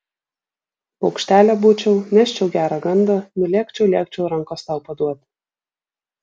paukštelė būčiau neščiau gerą gandą nulėkčiau lėkčiau rankos tau paduoti